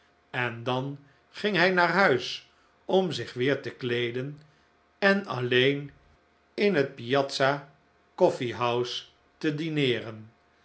en dan ging hij naar huis om zich weer te kleeden en alleen in het piazza coffee house te dineeren